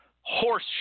horse